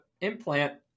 implant